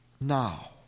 now